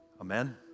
Amen